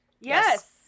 Yes